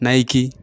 Nike